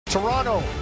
Toronto